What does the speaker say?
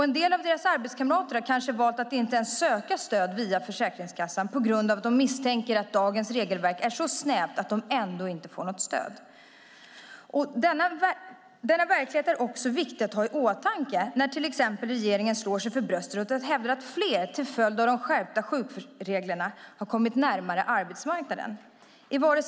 En del av deras arbetskamrater har kanske valt att inte ens söka stöd via Försäkringskassan på grund av att de misstänker att dagens regelverk är så snävt att de ändå inte får något stöd. Denna verklighet är viktig att ha i åtanke när regeringen slår sig för bröstet och hävdar att fler till följd av de skärpta sjukreglerna har kommit närmare arbetsmarknaden.